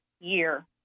year